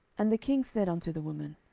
and the king said unto the woman,